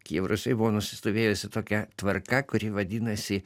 kijevo rusioj buvo nusistovėjusi tokia tvarka kuri vadinasi